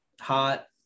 hot